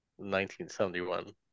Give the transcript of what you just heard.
1971